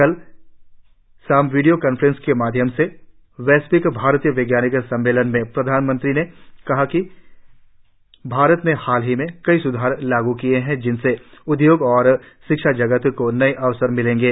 कल शाम video conference के माध्यम से वैश्विक भारतीय वैज्ञानिक सम्मेलन में प्रधानमंत्री ने कहा कि भारत ने हाल में कई सुधार लागू किए हैं जिनसे उद्योग और शिक्षाजगत को नए अवसर मिलेंगे